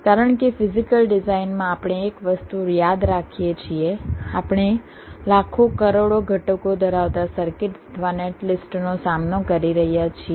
કારણ કે ફિઝીકલ ડિઝાઇનમાં આપણે એક વસ્તુ યાદ રાખીએ છીએ આપણે લાખો કરોડો ઘટકો ધરાવતા સર્કિટ અથવા નેટલિસ્ટ નો સામનો કરી રહ્યા છીએ